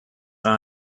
our